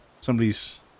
somebody's